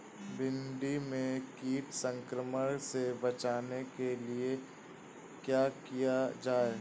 भिंडी में कीट संक्रमण से बचाने के लिए क्या किया जाए?